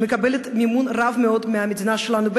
שמקבלת מימון רב מאוד מהמדינה שלנו,